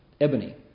ebony